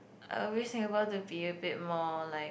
always Singapore to be a bit more like